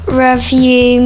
review